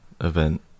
event